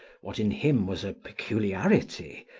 what in him was a peculiarity,